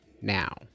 now